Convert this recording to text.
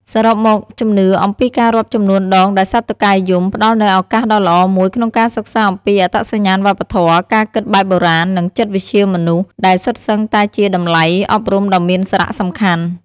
សរុបមក ជំនឿអំពីការរាប់ចំនួនដងដែលសត្វតុកែយំ ផ្តល់នូវឱកាសដ៏ល្អមួយក្នុងការសិក្សាអំពីអត្តសញ្ញាណវប្បធម៌ ការគិតបែបបុរាណ និងចិត្តវិទ្យាមនុស្ស ដែលសុទ្ធសឹងតែជាតម្លៃអប់រំដ៏មានសារៈសំខាន់។